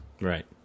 Right